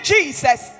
Jesus